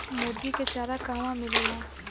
मुर्गी के चारा कहवा मिलेला?